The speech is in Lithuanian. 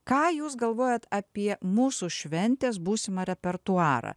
ką jūs galvojat apie mūsų šventės būsimą repertuarą